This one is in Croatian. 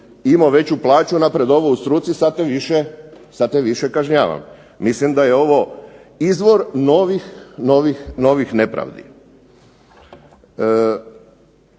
imao veću plaću, napredovao u struci sad te više kažnjavam. Mislim da je ovo izvor novih nepravdi.